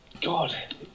God